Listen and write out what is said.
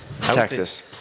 Texas